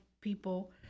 people